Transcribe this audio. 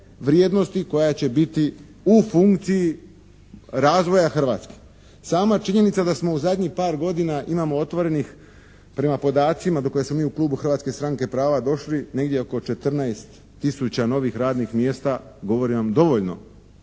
vrijednosti koja će biti u funkciji razvoja Hrvatske. Sama činjenica da smo u zadnjih par godina imamo otvorenih prema podacima do kojih smo mi u klubu Hrvatske stranke prava došli negdje oko 14 tisuća novih radnih mjesta govori vam dovoljno